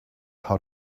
how